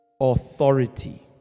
Authority